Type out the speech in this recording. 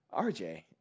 RJ